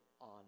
on